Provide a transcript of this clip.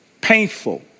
painful